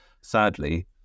Sadly